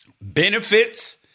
Benefits